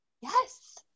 Yes